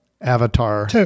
Avatar